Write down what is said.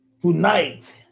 tonight